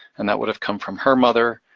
and that would have come from her mother,